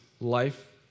life